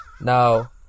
Now